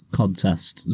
contest